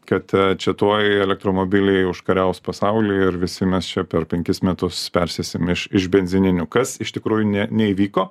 kad a čia tuoj elektromobiliai užkariaus pasaulį ir visi mes čia per penkis metus persėsim iš iš benzininių kas iš tikrųjų nė neįvyko